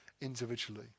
individually